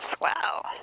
Wow